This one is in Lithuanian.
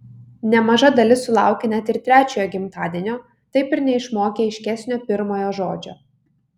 nemaža dalis sulaukia net ir trečiojo gimtadienio taip ir neišmokę aiškesnio pirmojo žodžio